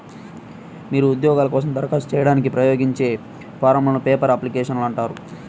మీరు ఉద్యోగాల కోసం దరఖాస్తు చేయడానికి ఉపయోగించే ఫారమ్లను పేపర్ అప్లికేషన్లు అంటారు